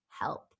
help